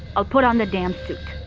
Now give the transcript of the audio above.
i'll put on the damn suit